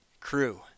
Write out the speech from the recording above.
crew